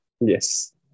Yes